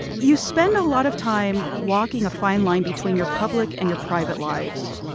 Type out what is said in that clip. you spend a lot of time walking a fine line between your public and your private lives.